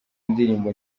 indirimbo